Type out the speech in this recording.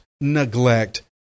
neglect